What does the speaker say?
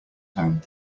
home